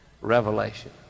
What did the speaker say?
revelation